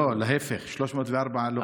לא, להפך, 304 לא.